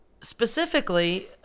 specifically